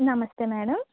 నమస్తే మేడం